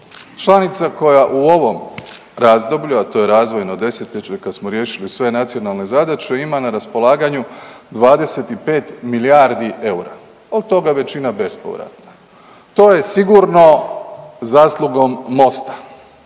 Članica koja u ovom razdoblju, a to je razvojno desetljeće jer kad smo riješili sve nacionalne zadaće ima na raspolaganju 25 milijardi EUR-a, od toga većina bespovratna. To je sigurno zaslugom MOST-a,